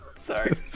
Sorry